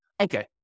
Okay